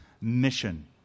mission